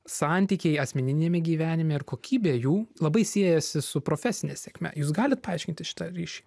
santykiai asmeniniame gyvenime ir kokybė jų labai siejasi su profesine sėkme jūs galit paaiškinti šitą ryšį